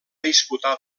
disputar